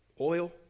Oil